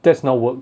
that's not work